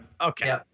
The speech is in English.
Okay